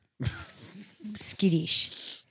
skittish